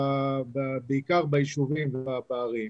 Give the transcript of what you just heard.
בעיקר ביישובים ובערים,